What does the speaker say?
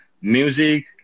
music